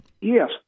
Yes